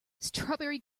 strawberry